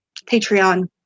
Patreon